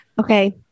Okay